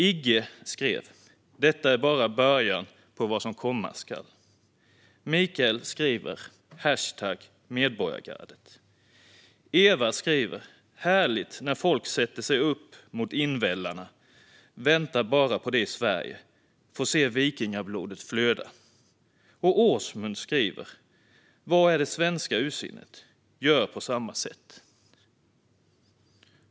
Igge skrev: Detta är bara början på vad som komma skall. Mikael skrev: #medborgargardet. Eva skrev: Härligt när folk sätter sig upp mot invällarna, väntar bara på det i Sverige, få se Vikingablodet flöda. Åsmund skrev: Var är det svenska ursinnet? Gör på samma sätt.